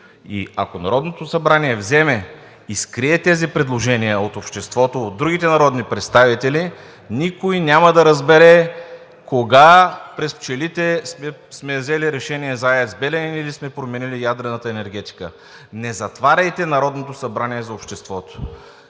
И ако Народното събрание вземе и скрие тези предложения от обществото, от другите народни представители, никой няма да разбере кога през пчелите сме взели решение за АЕЦ „Белене“ или сме променили ядрената енергетика. Не затваряйте Народното събрание за обществото!